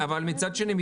אבל מצד שני,